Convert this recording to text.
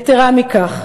יתרה מכך,